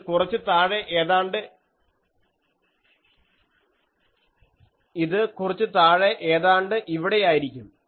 ഇത് കുറച്ചു താഴെ ഏതാണ്ട് ഇവിടെയായിരിക്കും